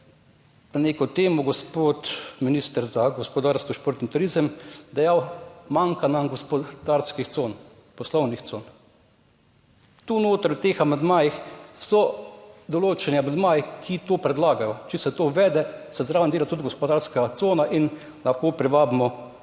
na neko temo gospod minister za gospodarstvo, šport in turizem dejal: manjka nam gospodarskih con, poslovnih con. Tu notri v teh amandmajih so določeni amandmaji, ki to predlagajo. Če se to uvede, se zraven dela tudi gospodarska cona in lahko privabimo